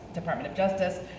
department of justice,